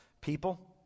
people